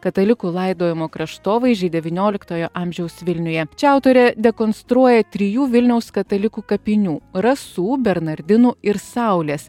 katalikų laidojimo kraštovaizdžiai devynioliktojo amžiaus vilniuje čia autorė dekonstruoja trijų vilniaus katalikų kapinių rasų bernardinų ir saulės